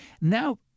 Now